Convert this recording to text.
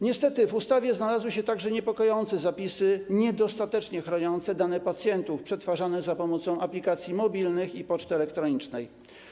Niestety w ustawie znalazły się także niepokojące zapisy niedostatecznie chroniące dane pacjentów przetwarzane za pomocą aplikacji mobilnych i poczty elektronicznej.